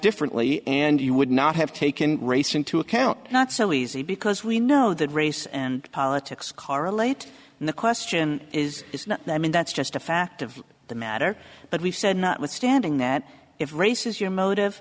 differently and you would not have taken race into account not so easy because we know that race and politics correlate and the question is it's not that i mean that's just a fact of the matter but we've said notwithstanding that if race is your motive